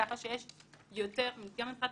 ככה שגם מבחינת